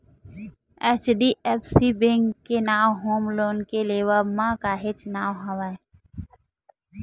HDFC bank के नांव home loan के लेवब म काहेच नांव हवय